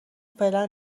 فعلا